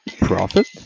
profit